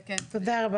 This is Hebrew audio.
תודה.